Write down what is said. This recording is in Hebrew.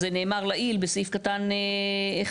זה נאמר לעיל, בסעיף קטן (1),